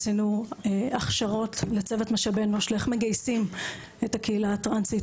עשינו הכשרות לצוות משאבי אנוש לאיך מגייסים את הקהילה הטרנסית,